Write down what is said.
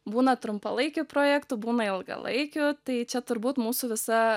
būna trumpalaikių projektų būna ilgalaikių tai čia turbūt mūsų visa